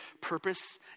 purpose